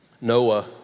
Noah